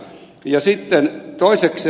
toisekseen ed